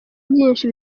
byinshi